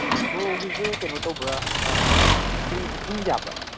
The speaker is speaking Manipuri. ꯕ꯭ꯔꯣꯒꯤꯁꯦ ꯀꯩꯅꯣ ꯇꯧꯕ꯭ꯔꯥ ꯄ꯭ꯔꯤ ꯕꯨꯀꯤꯡ ꯌꯥꯕ꯭ꯔꯥ